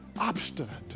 obstinate